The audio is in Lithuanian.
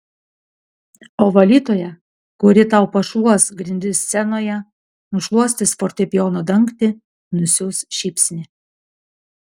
o valytoja kuri tau pašluos grindis scenoje nušluostys fortepijono dangtį nusiųs šypsnį